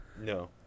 No